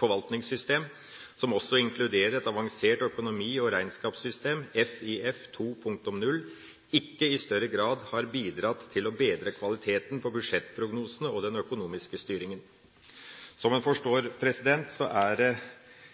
forvaltningssystem, som også inkluderer et avansert økonomi- og regnskapssystem – FIF 2.0 – ikke i større grad har bidratt til å bedre kvaliteten på budsjettprognosene og den økonomiske styringen. Som en forstår, er det ganske klare merknader fra komiteen til Forsvarsdepartementets bruk og forvaltning av sine ressurser. Det